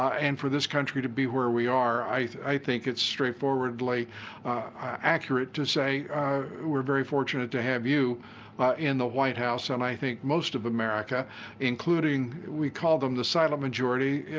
and for this country to be where we are, i think it's straightforwardly accurate to say we're very fortunate to have you in the white house, and i think most of america including we call them the silent majority,